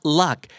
luck